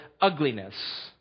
ugliness